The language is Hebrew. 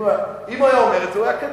אם הוא היה אומר את זה הוא היה קדימה.